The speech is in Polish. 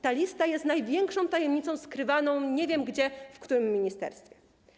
Ta lista jest największą tajemnicą skrywaną, nie wiem gdzie, w którym ministerstwie.